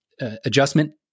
adjustment